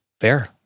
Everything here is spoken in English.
Fair